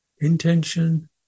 Intention